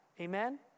Amen